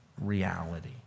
reality